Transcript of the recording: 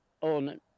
on